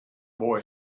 boy